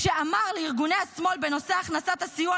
כשאמר לארגוני השמאל בנושא הכנסת הסיוע